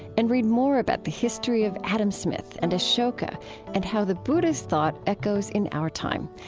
and read more about the history of adam smith and ashoka and how the buddhist thought echoes in our time.